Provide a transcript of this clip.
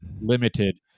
limited